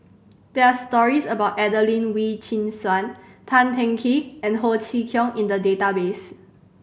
there are stories about Adelene Wee Chin Suan Tan Teng Kee and Ho Chee Kong in the database